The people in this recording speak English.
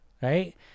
right